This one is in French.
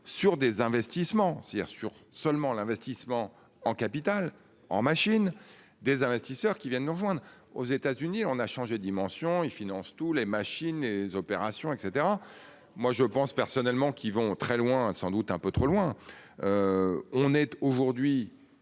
sur des investissements sur seulement l'investissement en capital en machine des investisseurs qui viennent nous rejoindre. Aux États-Unis, on a changé dimensions il finance tous les machines et les opérations et cetera, moi je pense personnellement qu'ils vont très loin. Sans doute un peu trop loin. On est aujourd'hui